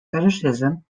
fetishism